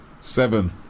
Seven